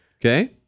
Okay